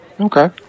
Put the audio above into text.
Okay